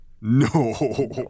No